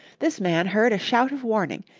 this man heard a shout of warning,